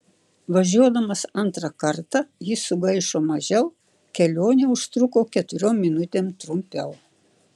važiuodamas antrą kartą jis sugaišo mažiau kelionė užtruko keturiom minutėm trumpiau